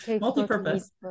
multi-purpose